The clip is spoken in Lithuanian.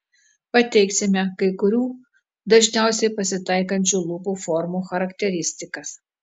pateiksime kai kurių dažniausiai pasitaikančių lūpų formų charakteristikas